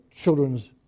children's